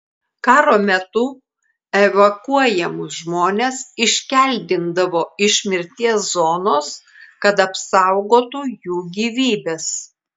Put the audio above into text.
karo metu evakuojamus žmones iškeldindavo iš mirties zonos kad apsaugotų jų gyvybes